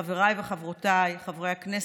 חבריי וחברותיי חברי הכנסת,